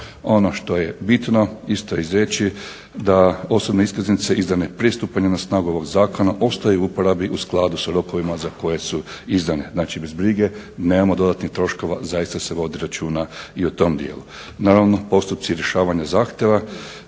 Ono što je bitno isto izreći da osobne iskaznice izdane prije stupanja na snagu ovog zakona ostaju u uporabi u skladu sa rokovima za koje su izdane. Znači bez brige, nemamo dodatnih troškova. Zaista se vodi računa i o tom dijelu. Naravno postupci rješavanja zahtjeva